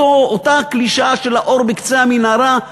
אותה קלישאה של האור בקצה המנהרה,